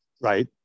Right